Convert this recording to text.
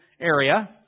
area